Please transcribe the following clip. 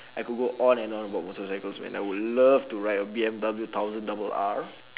I could go on and on about motorcycles man I would love to ride a B_M_W thousand double R